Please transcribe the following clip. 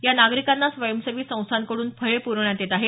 या नागरिकांना स्वयंसेवी संस्थांकडून फळे पुरवण्यात येत आहेत